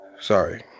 sorry